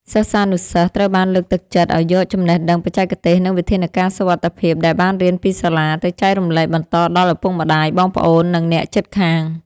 សិស្សានុសិស្សត្រូវបានលើកទឹកចិត្តឱ្យយកចំណេះដឹងបច្ចេកទេស និងវិធានការសុវត្ថិភាពដែលបានរៀនពីសាលា ទៅចែករំលែកបន្តដល់ឪពុកម្ដាយ បងប្អូន និងអ្នកជិតខាង។